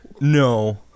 No